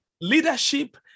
leadership